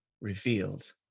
revealed